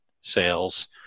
sales